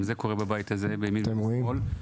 גם זה קורה בבית הזה בין ימין לשמאל.